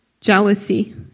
jealousy